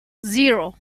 zero